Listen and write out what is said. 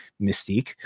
mystique